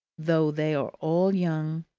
though they are all young,